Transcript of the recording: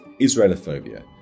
Israelophobia